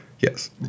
Yes